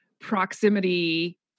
proximity